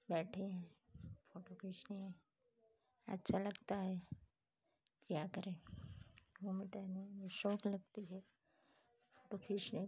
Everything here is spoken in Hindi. बैठे हैं फोटो खींचते हैं अच्छा लगता है क्या करें घूमने टहलने में शौक़ लगती है तो खींचने